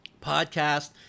podcast